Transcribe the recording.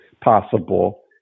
possible